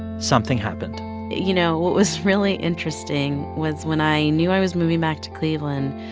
something happened you know, what was really interesting was when i knew i was moving back to cleveland,